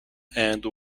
and